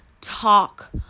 talk